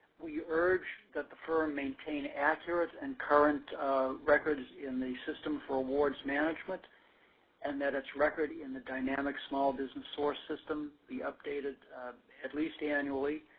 we urge that the firm maintain accurate and current records in the system for rewards management and that its record in the dynamic small business source system, be updated at least annually.